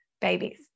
babies